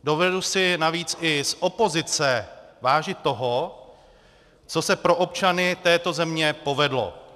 Dovedu si navíc i z opozice vážit toho, co se pro občany této země povedlo.